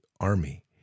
army